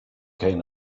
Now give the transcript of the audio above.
kind